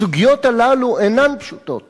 הסוגיות הללו אינן פשוטות